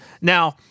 Now